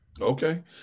Okay